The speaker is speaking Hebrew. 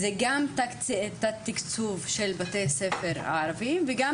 זה גם תת-תקצוב של בתי הספר הערביים וגם